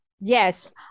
yes